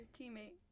teammate